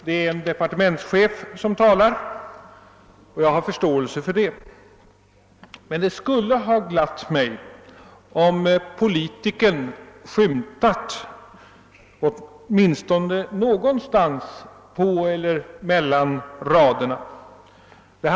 Det är en departementschef som talar i interpellationssvaret, och jag har förståelse för det, men det skulle ha glatt mig om politikern åtminstone någonstans hade skymtat fram på eller mellan raderna i svaret.